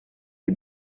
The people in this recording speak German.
sie